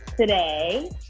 today